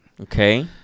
Okay